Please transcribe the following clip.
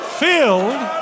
filled